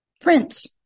Prince